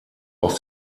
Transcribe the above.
aus